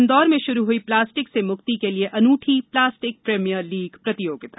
इन्दौर में शुरू हुई प्लास्टिक से मुक्ति के लिए अनूठी प्लास्टिक प्रीमियर लीग प्रतियोगिता